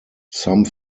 some